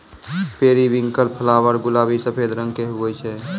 periwinkle flower गुलाबी सफेद रंग के हुवै छै